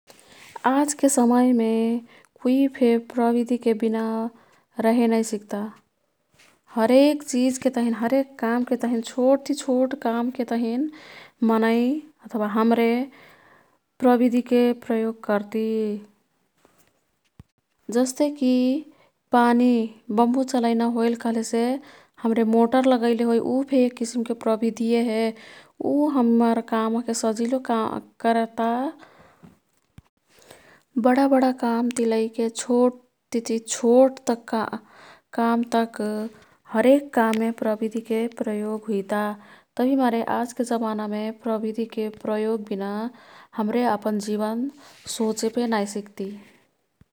आज के समयमे कुईफे प्रविधिके बिना रहे नाई सिक्ता। हरेक चिजके तहिन ,हरेक कामके तहिन, छोट ती छोट कामके तहिन मनै अथवा हाम्रे प्रविधिके प्रयोग कर्ती। जस्तेकी पानी, बम्बु चलइना होईल कह्लेसे हाम्रे मोटर लगैले होई उ फे एक किसिमके प्रबिधीय है। उ हम्मर काम ओह्के सजिलो कर्ता। बडा बडा कामती लैके छोटतिती छोट तक्का काम तक ,हरेक काममे प्रविधिके प्रयोग हुइता। तभिमारे आजके जमानामेहे प्रविधिके प्रयोग बिना हमरे अपन जीवन सोचेफे नाई सिक्ति।